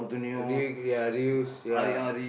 reuse ya